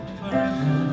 forever